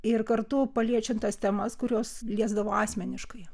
ir kartu paliečiant tas temas kurios liesdavo asmeniškai